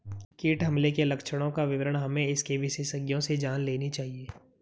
कीट हमले के लक्षणों का विवरण हमें इसके विशेषज्ञों से जान लेनी चाहिए